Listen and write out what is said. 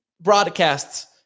broadcasts